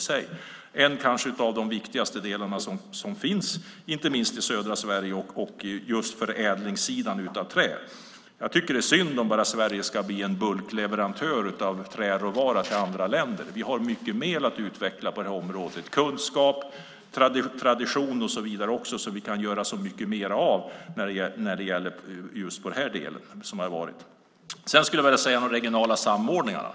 En av de kanske viktigaste delarna, inte minst i södra Sverige, är träförädlingssidan. Det är synd om Sverige ska bli bara en bulkleverantör av träråvara till andra länder. Vi har mycket mer att utveckla på detta område. Vi har kunskap, tradition och så vidare som vi kan göra så mycket mer av. Jag ska säga något om de regionala samordnarna.